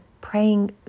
Praying